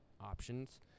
options